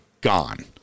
gone